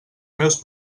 meus